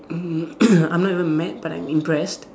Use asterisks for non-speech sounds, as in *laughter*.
mm *noise* I'm not even mad but I'm impressed